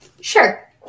sure